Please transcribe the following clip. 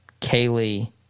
Kaylee